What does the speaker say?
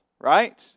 right